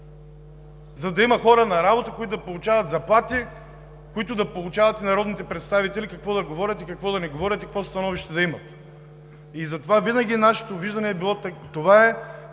За да има хора на работа, които да получават заплати, които да поучават народните представители какво да говорят, какво да не говорят и какво становище да имат?! Затова винаги нашето виждане е било, че това е